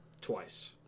Twice